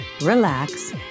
relax